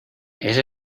ese